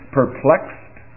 perplexed